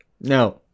no